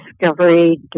discovery